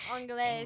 english